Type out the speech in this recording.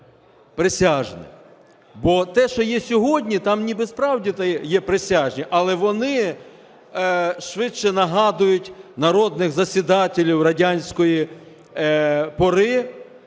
присяжних. Бо те, що є сьогодні, там ніби справді є присяжні, але вони швидше нагадують народних засідателів радянської пори,